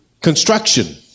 construction